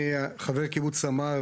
אני חבר קיבוץ סמר,